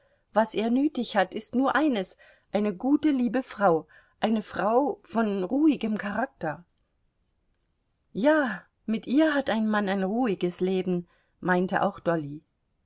was er nötig hat ist nur eines eine gute liebe frau eine frau von ruhigem charakter ja mit ihr hat ein mann ein ruhiges leben meinte auch dolly